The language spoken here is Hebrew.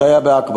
זה היה בעכברה.